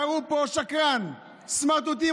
קראו פה "שקרן", "סמרטוטים".